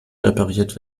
repariert